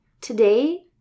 Today